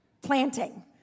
planting